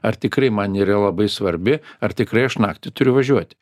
ar tikrai man yra labai svarbi ar tikrai aš naktį turiu važiuot